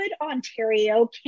Ontario